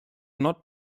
not